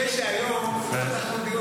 אנחנו יודעים להיות ענייניים.